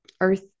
Earth